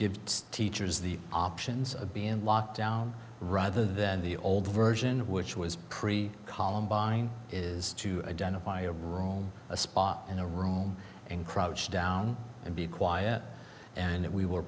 its teachers the options of being locked down rather than the old version which was pre columbine is to identify a room a spot in a room and crouch down and be quiet and that we were